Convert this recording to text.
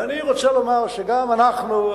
ואני רוצה לומר שגם אנחנו,